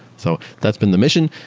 so that's been the mission.